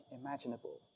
imaginable